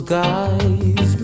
guys